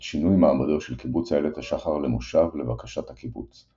את שינוי מעמדו של קיבוץ איילת השחר למושב לבקשת הקיבוץ,